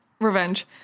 Revenge